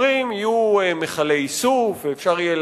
אומרים: יהיו מכלי איסוף ואפשר יהיה